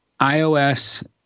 iOS